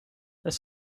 their